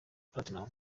platnumz